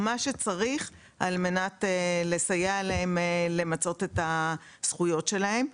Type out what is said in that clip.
מה שצריך על מנת לסייע להם למצות את הזכויות שלהם.